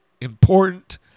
important